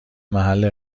محل